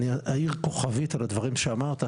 אני אעיר כוכבית על הדברים שאמרת,